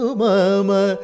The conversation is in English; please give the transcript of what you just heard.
mama